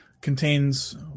contains